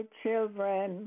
children